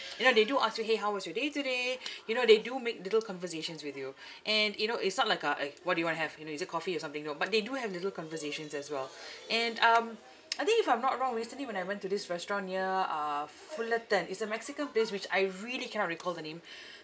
you know they do ask you !hey! how was your day today you know they do make little conversations with you and you know it's not like a eh what do you want to have you know is it coffee or something you know but they do have little conversations as well and um I think if I'm not wrong recently when I went to this restaurant near uh f~ fullerton it's a mexican place which I really cannot recall the name